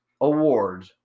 award